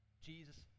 Jesus